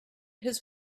his